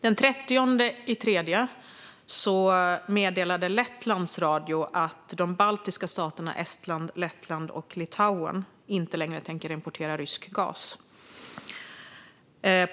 Den 30 mars meddelade Lettlands radio att de baltiska staterna Estland, Lettland och Litauen inte längre tänker importera rysk gas.